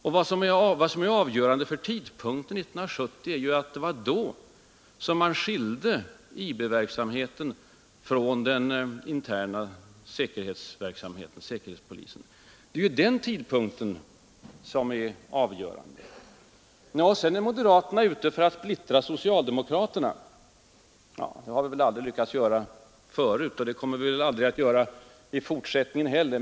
Och vad som är avgörande för tidpunkten 1970 är att det var då som man skilde IB-verksamheten från den interna säkerhetsverksamheten — säkerhetspolisen. Sedan sägs moderaterna vara ute efter att ”splittra socialdemokraterna”. Nej, det har vi aldrig lyckats göra förut, och det kommer vi väl aldrig att göra i fortsättningen heller.